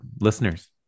listeners